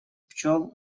пчёл